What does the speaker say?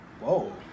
Whoa